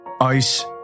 ice